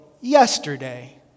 yesterday